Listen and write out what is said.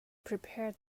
prepared